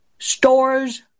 Stores